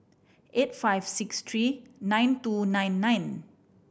eight five six three nine two nine nine